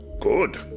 Good